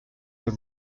los